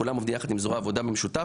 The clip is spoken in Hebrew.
כולם עובדים ביחד עם זרוע העבודה במשותף,